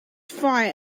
fire